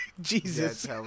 Jesus